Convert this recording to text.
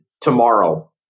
tomorrow